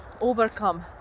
overcome